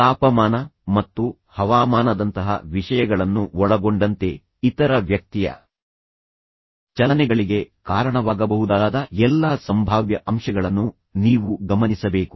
ತಾಪಮಾನ ಮತ್ತು ಹವಾಮಾನದಂತಹ ವಿಷಯಗಳನ್ನು ಒಳಗೊಂಡಂತೆ ಇತರ ವ್ಯಕ್ತಿಯ ಚಲನೆಗಳಿಗೆ ಕಾರಣವಾಗಬಹುದಾದ ಎಲ್ಲಾ ಸಂಭಾವ್ಯ ಅಂಶಗಳನ್ನು ನೀವು ಗಮನಿಸಬೇಕು